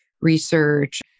research